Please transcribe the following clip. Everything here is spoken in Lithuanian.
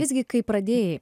visgi kai pradėjai